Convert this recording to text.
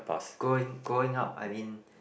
going going up I mean